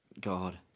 God